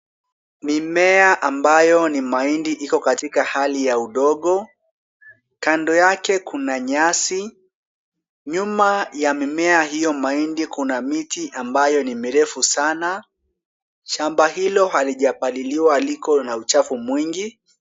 Mimea ambayo ni mahindi iko katika hali ya udogo. Kando yake kuna nyasi. Nyuma ya mimea hiyo mahindi kuna miti ambayo ni mirefu sana. Shamba hilo halijapaliliwa liko na uchafu mwingi.